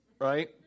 right